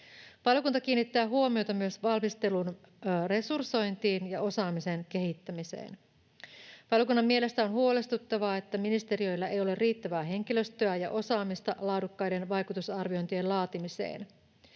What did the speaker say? Valiokunta kiinnittää huomiota myös valmistelun resursointiin ja osaamisen kehittämiseen. Valiokunnan mielestä on huolestuttavaa, että ministeriöillä ei ole riittävää henkilöstöä ja osaamista laadukkaiden vaikutusarviointien laatimiseen.